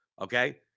Okay